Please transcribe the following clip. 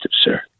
sir